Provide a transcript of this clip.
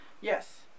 Yes